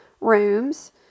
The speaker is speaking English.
rooms